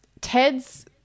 Ted's